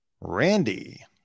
Randy